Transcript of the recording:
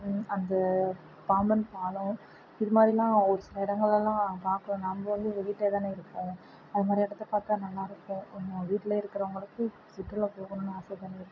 அந்த பாம்பன் பாலம் இது மாதிரிலாம் ஒரு சில இடங்களெல்லாம் பார்க்கல நாம வந்து வீட்டில் தான இருக்கோம் அது மாதிரி இடத்த பார்த்தா நல்லா இருக்கும் கொஞ்சம் வீட்டில் இருக்கிறவங்களுக்கு சுற்றுலா போகணும்னு ஆசை தானே